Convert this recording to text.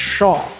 Shaw